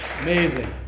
Amazing